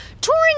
touring